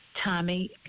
Tommy